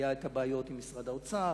היו בעיות עם משרד האוצר,